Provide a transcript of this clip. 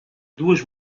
duas